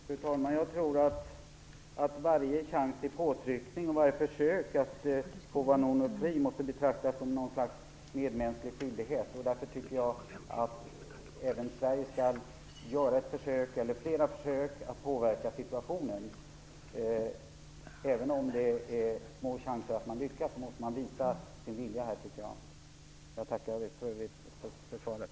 Fru talman! Jag tror att varje chans till påtryckning och varje försök att få Vanunu fri måste betraktas som något slags medmänsklig skyldighet. Därför tycker jag att även Sverige skall göra ett försök - eller flera försök - att påverka situationen. Även om chanserna att lyckas är små måste man visa sin vilja. Jag tackar för svaret.